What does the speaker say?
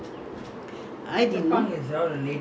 but you were before that you were working in maya right